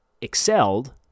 excelled